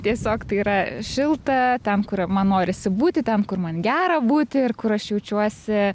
tiesiog tai yra šilta ten kur man norisi būti ten kur man gera būti ir kur aš jaučiuosi